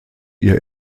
ihr